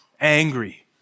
angry